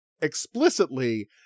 explicitly